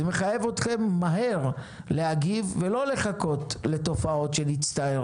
זה מחייב אתכם מהר להגיב ולא לחכות לתופעות שנצטער